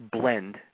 blend